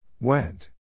Went